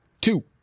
Two